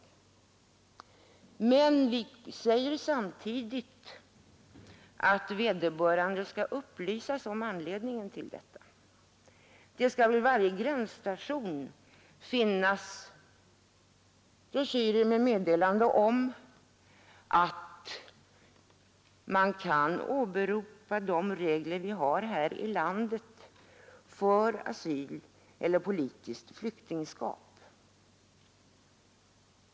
Vi fastslår emellertid samtidigt att vederbörande skall upplysas om anledningen till avvisningen. Det skall vid varje gränsstation finnas broschyrer med meddelande om att man kan åberopa de regler som existerar här i landet för asyl eller politiskt flyktingskap.